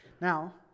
Now